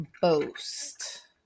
boast